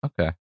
Okay